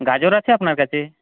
গাজর আছে আপনার কাছে